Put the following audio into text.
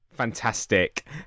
fantastic